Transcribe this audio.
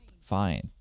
Fine